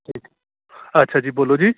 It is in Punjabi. ਠੀਕ ਅੱਛਾ ਜੀ ਬੋਲੋ ਜੀ